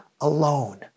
alone